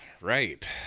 Right